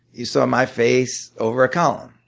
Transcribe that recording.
you saw my face over a column.